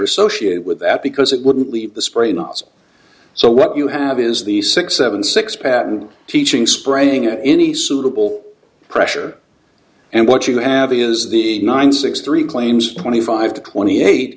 associated with that because it wouldn't leave the spray nozzle so what you have is the six seven six patent teaching spraying at any suitable pressure and what you have is the nine six three claims twenty five to twenty eight